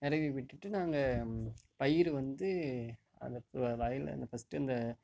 நிரவி விட்டுவிட்டு நாங்கள் பயிர் வந்து அது வயலில் ஃபஸ்டு அந்த